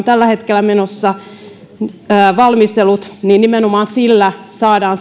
tällä hetkellä menossa niin nimenomaan sillä saadaan